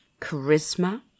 charisma